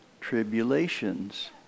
tribulations